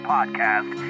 Podcast